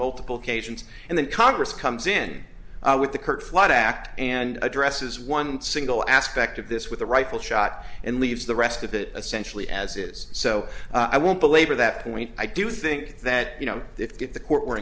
multiple occasions and then congress comes in with the curt flood act and addresses one single aspect of this with a rifle shot and leaves the rest of it essentially as is so i won't belabor that point i do think that you know if the court were